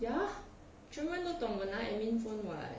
ya triwen 都懂我拿 admin phone [what]